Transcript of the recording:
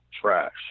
trash